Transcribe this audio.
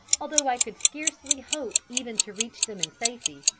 although i could scarcely hope even to reach them in safety,